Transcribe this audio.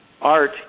art